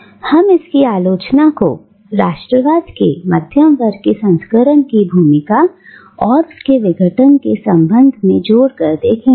और हम इसकी आलोचना को राष्ट्रवाद के मध्यम वर्ग के संस्करण की भूमिका और इसके विघटन के संबंध से जोड़ कर देखेंगे